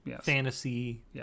fantasy